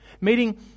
Meeting